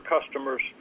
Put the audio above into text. customers